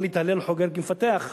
אל יתהלל חוגר כמפתח.